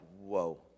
whoa